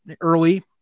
early